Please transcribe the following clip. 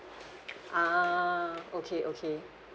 ah okay okay